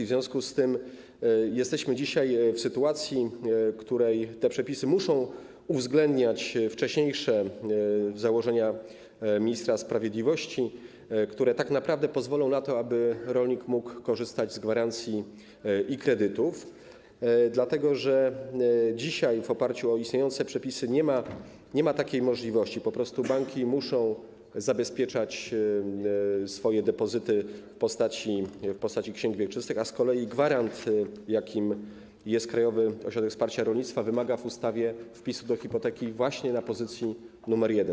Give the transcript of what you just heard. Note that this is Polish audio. W związku z tym jesteśmy dzisiaj w sytuacji, w której te przepisy muszą uwzględniać wcześniejsze założenia ministra sprawiedliwości, które tak naprawdę pozwolą na to, aby rolnik mógł korzystać z gwarancji i kredytów, dlatego że dzisiaj na podstawie istniejących przepisów nie ma takiej możliwości, po prostu banki muszą zabezpieczać swoje depozyty w postaci ksiąg wieczystych, a z kolei gwarant, jakim jest Krajowy Ośrodek Wsparcia Rolnictwa, wymaga w ustawie wpisu do hipoteki właśnie w pozycji nr 1.